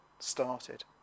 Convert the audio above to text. started